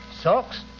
socks